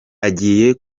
agiye